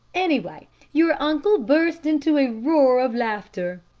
anyway your uncle burst into a roar of laughter.